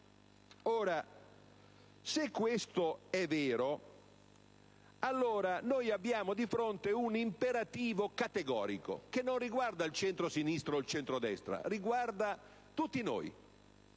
Ora, se questo è vero, allora noi abbiamo di fronte un imperativo categorico, che non riguarda il centrosinistra o il centrodestra, ma tutti noi: